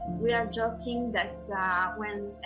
we are joking that when